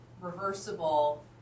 reversible